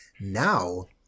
Now